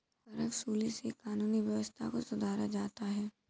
करवसूली से कानूनी व्यवस्था को सुधारा जाता है